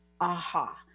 aha